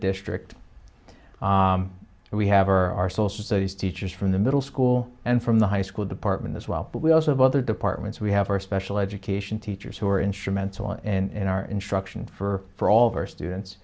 district and we have our our social studies teachers from the middle school and from the high school department as well but we also have other departments we have our special education teachers who are instrumental in our instruction for for all of our students